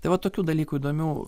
tai vat tokių dalykų įdomių